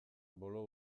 bolo